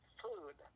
food